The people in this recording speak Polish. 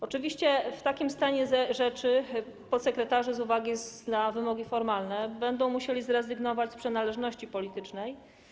Oczywiście w takim stanie rzeczy podsekretarze z uwagi na wymogi formalne będą musieli zrezygnować z przynależności politycznej.